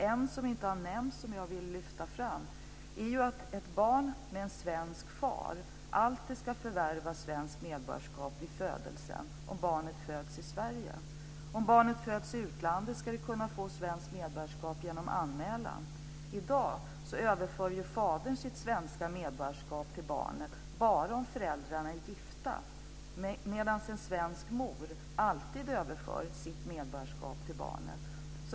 En som inte har nämnts och som jag vill lyfta fram är att ett barn med en svensk far alltid ska förvärva svenskt medborgarskap vid födelsen, om barnet föds i Sverige. Om barnet föds i utlandet ska det kunna få svenskt medborgarskap genom anmälan. I dag överför fadern sitt svenska medborgarskap till barnet bara om föräldrarna är gifta, medan en svensk mor alltid överför sitt medborgarskap till barnet.